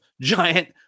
Giant